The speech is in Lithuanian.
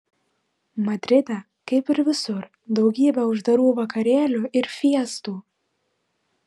madride kaip ir visur daugybė uždarų vakarėlių ir fiestų